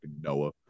Noah